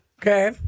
Okay